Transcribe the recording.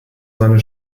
seine